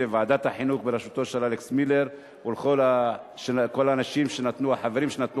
לוועדת החינוך בראשות אלכס מילר ולכל החברים שנטלו